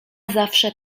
zawsze